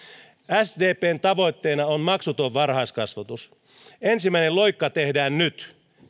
sdpn tavoitteena on maksuton varhaiskasvatus ensimmäinen loikka tehdään nyt